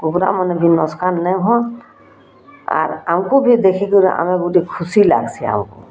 କୁକୁରା ମାନେ ବି ନକସାନ୍ ନାଇଁ ହଅନ୍ ଆର୍ ଆମକୁ ବି ଦେଖିକରି ଆମେ ଗୁଟେ ଖୁସି ଲାଗ୍ସି ଆମକୁ